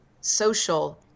social